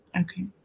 okay